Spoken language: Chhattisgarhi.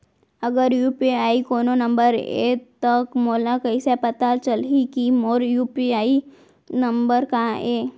अगर यू.पी.आई कोनो नंबर ये त मोला कइसे पता चलही कि मोर यू.पी.आई नंबर का ये?